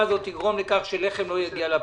הזאת תגרום לכך שלחם לא יגיע לבסיסים.